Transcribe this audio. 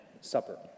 supper